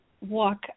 walk